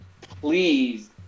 Please